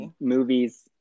movies